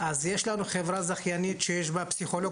אז יש לנו חברה זכיינים שיש בה פסיכולוג